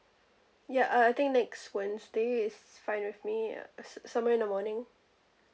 ya uh I think next wednesday is fine with me ya some somewhere in the morning